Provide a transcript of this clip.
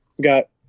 got